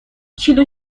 کیلو